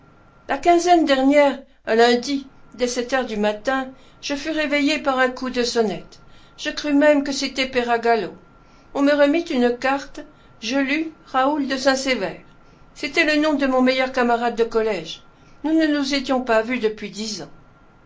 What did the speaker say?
la quinzaine dernière un lundi dès sept heures du matin je fus réveillé par un coup de sonnette je crus même que c'était peragallo on me remit une carte je lus raoul de saint-sever c'était le nom de mon meilleur camarade de collège nous ne nous étions pas vus depuis dix ans